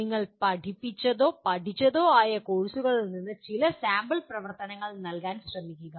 നിങ്ങൾ പഠിപ്പിച്ചതോ പഠിച്ചതോ ആയ കോഴ്സുകളിൽ നിന്ന് ചില സാമ്പിൾ പ്രവർത്തനങ്ങൾ നൽകാൻ ശ്രമിക്കുക